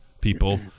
people